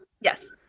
Yes